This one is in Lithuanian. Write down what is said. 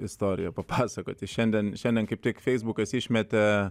istoriją papasakoti šiandien šiandien kaip tik feisbukas išmetė